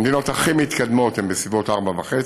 המדינות הכי מתקדמות הן בסביבות 4.5,